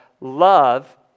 love